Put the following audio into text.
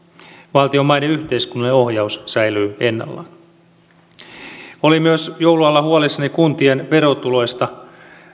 valtion maiden yhteiskunnallinen ohjaus säilyy ennallaan olin myös joulun alla huolissani kuntien verotuloista